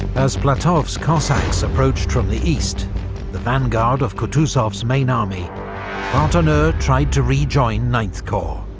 as platov's cossacks approached from the east the vanguard of kutuzov's main army partonneux tried to rejoin ninth corps.